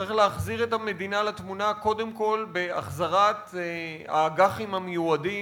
צריך להחזיר את המדינה לתמונה קודם כול בהחזרת האג"חים המיועדים,